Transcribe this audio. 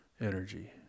Energy